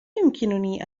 يمكنني